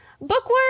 bookworm